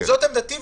זאת עמדתי,